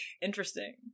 interesting